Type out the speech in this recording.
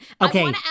Okay